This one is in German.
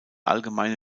allgemeine